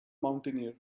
mountaineer